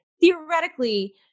theoretically